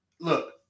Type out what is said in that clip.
look